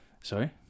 Sorry